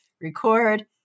record